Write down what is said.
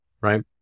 right